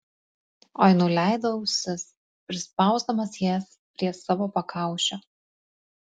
oi nuleido ausis prispausdamas jas prie savo pakaušio